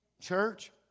Church